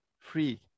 Free